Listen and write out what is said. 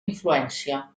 influència